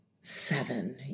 Seven